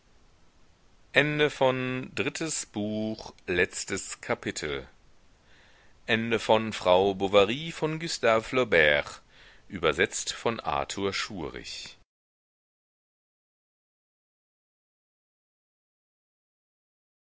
letztes kapitel am